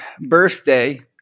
birthday